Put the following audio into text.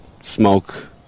smoke